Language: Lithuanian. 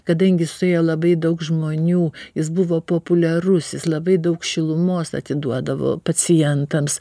kadangi suėjo labai daug žmonių jis buvo populiarusis labai daug šilumos atiduodavo pacientams